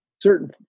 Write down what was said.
certain